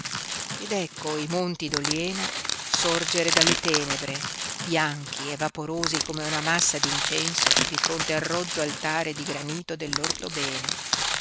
ed ecco i monti d'oliena sorgere dalle tenebre bianchi e vaporosi come una massa d'incenso di fronte al rozzo altare di granito dell'orthobene